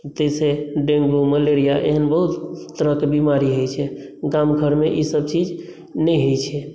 ताहिसँ dengue malaria एहन बहुत तरहके बीमारी होइत छै गाम घरमे ईसभ चीज नहि होइत छै